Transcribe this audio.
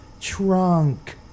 Trunk